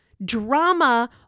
drama